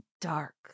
dark